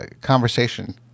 conversation